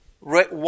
right